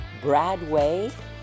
Bradway